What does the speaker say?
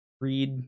read